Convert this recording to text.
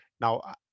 Now